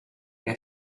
que